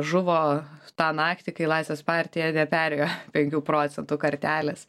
žuvo tą naktį kai laisvės partija neperėjo penkių procentų kartelės